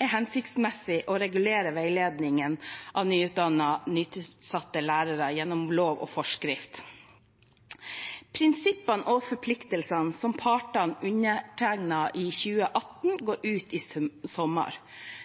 er hensiktsmessig å regulere veiledning av nyutdannede nytilsatte lærere gjennom lov eller forskrift.» Prinsippene og forpliktelsene, som partene undertegnet i 2018, går ut i sommer.